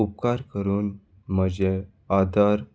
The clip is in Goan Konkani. उपकार करून म्हजे आदार